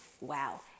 wow